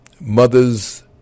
mother's